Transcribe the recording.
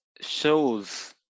shows